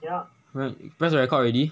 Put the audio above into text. ya press the record already